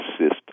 assist